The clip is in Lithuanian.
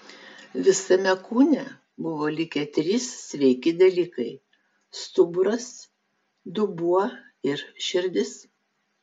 visame kūne buvo likę trys sveiki dalykai stuburas dubuo ir širdis